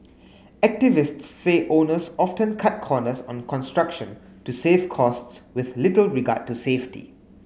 activists say owners often cut corners on construction to save costs with little regard to safety